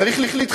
כי צריך להתחלק.